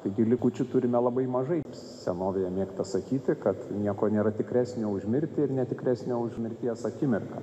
taigi likučių turime labai mažai senovėje mėgta sakyti kad nieko nėra tikresnio už mirtį ir netikresnio už mirties akimirką